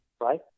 Right